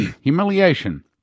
humiliation